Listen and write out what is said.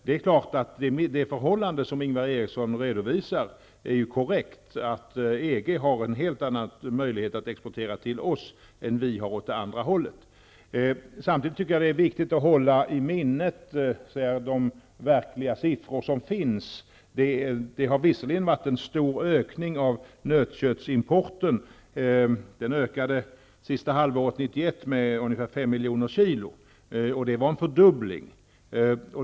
Det förhållande som Ingvar Eriksson redovisar är emellertid korrekt. EG har en helt annan möjlighet att exportera till oss än vi har att exportera till EG Samtidigt är det viktigt att hålla de verkliga siffrorna i minnet. Det har visserligen skett en stor ökning av importen av nötkött. Den ökade under sista halvåret 1991 med ungefär 5 miljoner kilo, och det var en fördubbling.